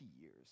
years